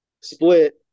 split